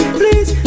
please